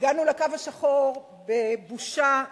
הגענו לקו השחור בבושה אדירה,